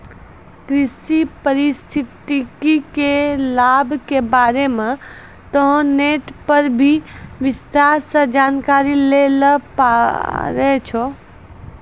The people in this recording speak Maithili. कृषि पारिस्थितिकी के लाभ के बारे मॅ तोहं नेट पर भी विस्तार सॅ जानकारी लै ल पारै छौ